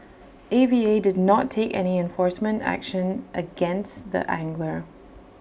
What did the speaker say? A V A did not take any enforcement action against the angler